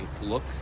look